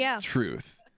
truth